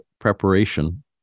preparation